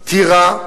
טירה,